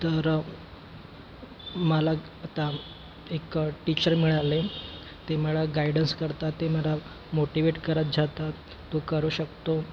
तर मला आता एक टीचर मिळाले ते मला गायडन्स करतात ते मला मोटिवेट करत जातात तू करू शकतो